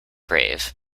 brave